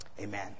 amen